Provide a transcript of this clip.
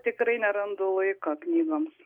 tikrai nerandu laiko knygoms